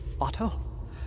Otto